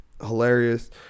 hilarious